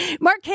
Mark